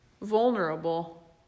vulnerable